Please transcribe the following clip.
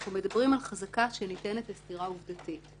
אנחנו מדברים על חזקה שניתנת לסתירה עובדתית.